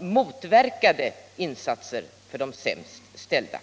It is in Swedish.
motverkar insatser för dessa.